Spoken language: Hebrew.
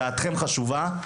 דעתכם חשובה,